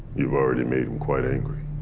you've already made em quite angry.